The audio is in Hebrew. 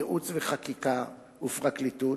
ייעוץ וחקיקה ופרקליטות,